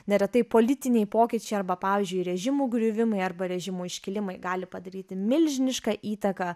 neretai politiniai pokyčiai arba pavyzdžiui režimų griuvimai arba režimų iškilimai gali padaryti milžinišką įtaką